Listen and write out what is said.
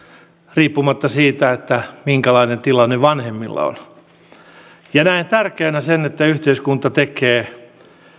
riippumatta siitä minkälainen tilanne vanhemmilla on näen tärkeänä sen että yhteiskunta tekee